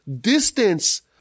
distance